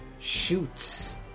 shoots